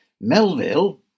Melville